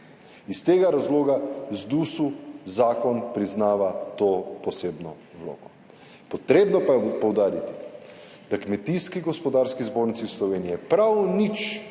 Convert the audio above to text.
Iz tega razloga ZDUS-u zakon priznava to posebno vlogo. Potrebno pa je poudariti, da Kmetijski-gospodarski zbornici Slovenije prav nič